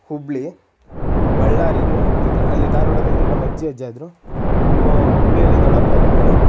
ಹುಬ್ಬಳ್ಳಿ ಬಳ್ಳಾರಿಗೆ ಹೋಗ್ತಿದ್ದೆ ಅಲ್ಲಿ ಧಾರವಾಡದಲ್ಲಿ ನಮ್ಮ ಅಜ್ಜಿ ಅಜ್ಜ ಇದ್ದರು ಹುಬ್ಬಳ್ಳಿಯಲ್ಲಿ ದೊಡ್ಡಪ್ಪಾವ್ರಿದ್ರು